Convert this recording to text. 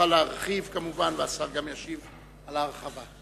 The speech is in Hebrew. תוכל להרחיב, והשר ישיב גם על ההרחבה.